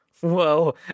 whoa